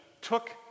took